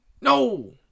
No